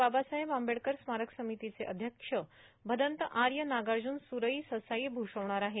बाबासाहेब आंबेडकर स्मारक समितीचे अध्यक्ष भदंत आर्य नागार्जून सुरई ससाई भूषवणार आहेत